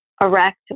erect